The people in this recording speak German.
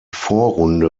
vorrunde